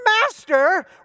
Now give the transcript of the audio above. Master